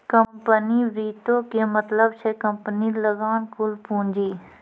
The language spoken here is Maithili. कम्पनी वित्तो के मतलब छै कम्पनी लगां कुल पूंजी